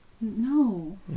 No